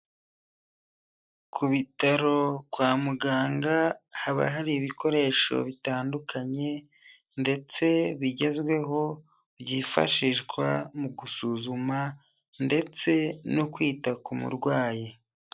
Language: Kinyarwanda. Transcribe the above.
Ku bitaro kwa muganga, haba hari ibikoresho bitandukanye ndetse bigezweho, byifashishwa mu gusuzuma ndetse no kwita ku murwayi.